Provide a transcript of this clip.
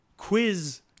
quiz